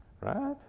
Right